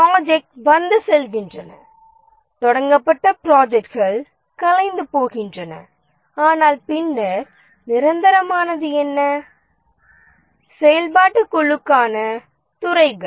ப்ராஜெக்ட்கள் வந்து செல்கின்றன தொடங்கப்பட்ட ப்ராஜெக்ட்கள் கலைந்து போகின்றன ஆனால் பின்னர் நிரந்தரமானது என்ன செயல்பாட்டுக் குளுக்கான துறைகள்